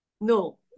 No